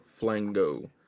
flango